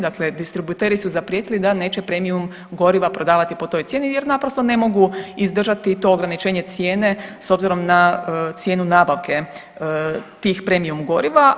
Dakle, distributeri su zaprijetili da neće premium goriva prodavati po toj cijeni, jer naprosto ne mogu izdržati to ograničenje cijene s obzirom na cijenu nabavke tih premium goriva.